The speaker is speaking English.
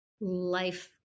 life